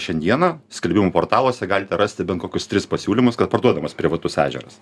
šiandieną skelbimų portaluose galite rasti bent kokius tris pasiūlymus kad parduodamas privatus ežeras